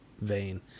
vein